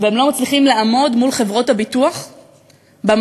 והם לא מצליחים לעמוד מול חברות הביטוח במשא-ומתן.